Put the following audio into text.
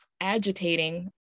agitating